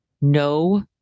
no